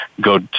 go